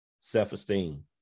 self-esteem